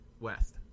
west